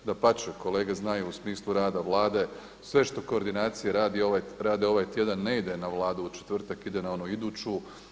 Dapače, kolege znaju u smislu rada Vlade sve što koordinacije rade ovaj tjedan ne ide na Vladu u četvrtak, ide na onu iduću.